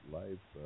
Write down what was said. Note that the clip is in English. life